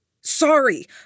Sorry